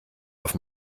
auf